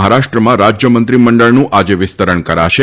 મહારાષ્ટ્રમાં રાજ્યમંત્રી મંડળનું આજે વિસ્તરણ કરાશે